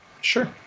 Sure